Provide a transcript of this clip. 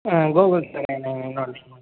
ஆ Gokul sir என்னோடய என்னோடய name